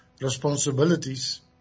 responsibilities